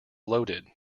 loaded